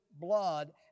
blood